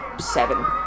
seven